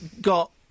got